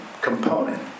component